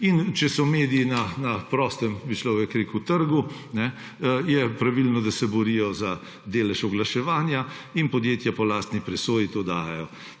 In če so mediji na prostem trgu, je pravilno, da se borijo za delež oglaševanja in podjetja po lastni presoji to dajejo.